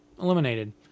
eliminated